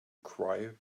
cry